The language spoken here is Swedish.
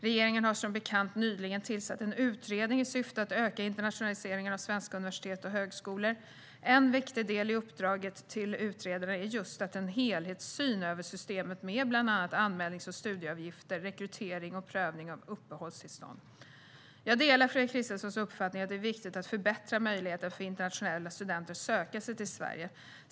Regeringen har som bekant nyligen tillsatt en utredning i syfte att öka internationaliseringen av svenska universitet och högskolor. En viktig del i uppdraget till utredaren är just att göra en helhetsöversyn av systemet med bland annat anmälnings och studieavgifter, rekrytering och prövning av uppehållstillstånd. Jag delar Fredrik Christenssons uppfattning att det är viktigt att förbättra möjligheterna för internationella studenter att söka sig till Sverige.